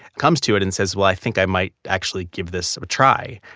comes to it and says, well i think i might actually give this a try.